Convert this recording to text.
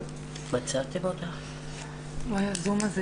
תבדקו איפה הביטוח הלאומי.